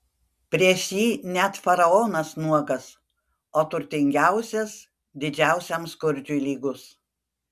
prieš jį net faraonas nuogas o turtingiausias didžiausiam skurdžiui lygus